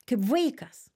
kaip vaikas